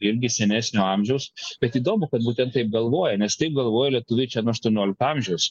irgi senesnio amžiaus bet įdomu kad būtent taip galvoja nes taip galvoja lietuviai čia nuo aštuoniolikto amžius